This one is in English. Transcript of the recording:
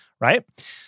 Right